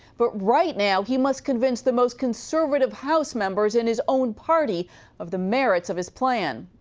but right now he must convince the most conservative house members in his own party of the merits of his plan.